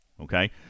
Okay